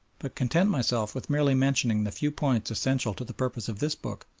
but content myself with merely mentioning the few points essential to the purpose of this book,